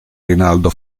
rinaldo